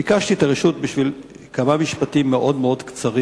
ביקשתי את הרשות בשביל לומר כמה משפטים מאוד קצרים,